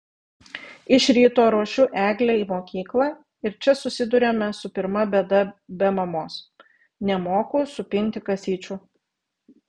iš ryto ruošiu eglę į mokyklą ir čia susiduriame su pirma bėda be mamos nemoku supinti kasyčių